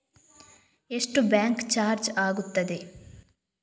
ಎಷ್ಟು bank charge ಆಗುತ್ತದೆ?